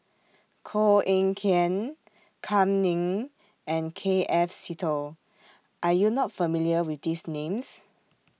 Koh Eng Kian Kam Ning and K F Seetoh Are YOU not familiar with These Names